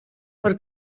per